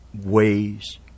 ways